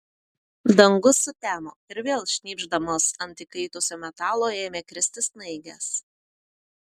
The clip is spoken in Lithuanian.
dangus sutemo ir vėl šnypšdamos ant įkaitusio metalo ėmė kristi snaigės